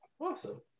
Awesome